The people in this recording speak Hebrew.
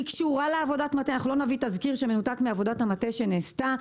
אנחנו לא נביא תזכיר שמנותק מעבודת המטה שנעשתה.